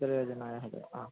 उत्तरयोजनायाः आ